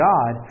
God